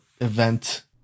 event